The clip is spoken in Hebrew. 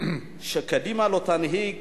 שקדימה לא תנהיג